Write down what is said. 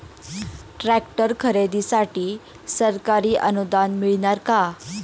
Tractor खरेदीसाठी सरकारी अनुदान मिळणार का?